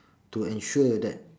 to ensure that